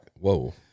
whoa